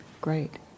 great